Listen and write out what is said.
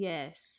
Yes